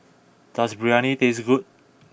does Biryani taste good